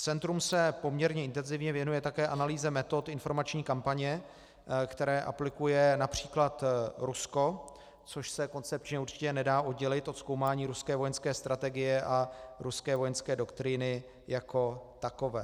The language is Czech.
Centrum se poměrně intenzivně věnuje také analýze metod informační kampaně, které aplikuje například Rusko, což se koncepčně určitě nedá oddělit od zkoumání ruské vojenské strategie a ruské vojenské doktríny jako takové.